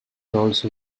also